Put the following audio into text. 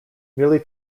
merely